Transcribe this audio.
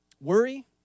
Worry